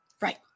right